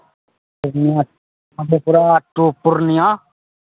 Purnia Madhepura to Purnia